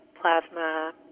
plasma